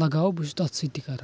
لگاو بہٕ چھُس تتھ سۭتۍ تہِ کران